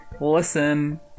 listen